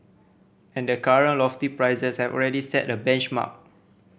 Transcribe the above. and the current lofty prices have already set a benchmark